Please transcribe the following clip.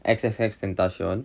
than touch you on